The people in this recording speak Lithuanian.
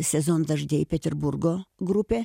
sezon doždėj peterburgo grupė